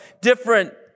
different